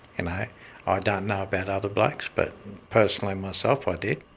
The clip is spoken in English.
and i ah don't know about other blokes but personally myself i did.